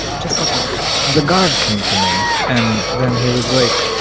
just like that the guard came to me. and then he was like,